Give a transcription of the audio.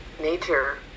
nature